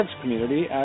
community